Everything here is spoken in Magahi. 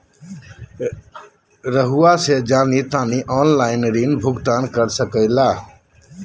रहुआ से जाना तानी ऑनलाइन ऋण भुगतान कर सके ला?